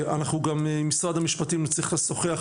אנחנו גם עם משרד המשפטים נצטרך לשוחח,